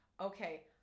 Okay